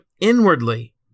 inwardly